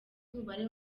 umubare